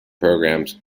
programs